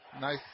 Nice